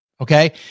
Okay